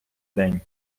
день